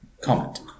comment